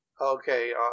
okay